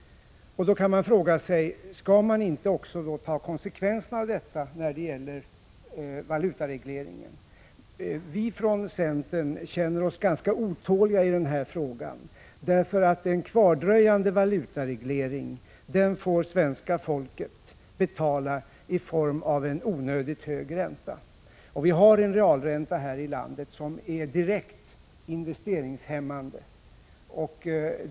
Då kan man fråga sig: Skall man inte ta konsekvenserna av detta när det gäller valutaregleringen? Vi från centern känner oss ganska otåliga i den här frågan därför att en kvardröjande valutareglering får betalas av svenska folket i form av en onödigt hög ränta. Vi har en realränta här i landet som är direkt investeringshämmande.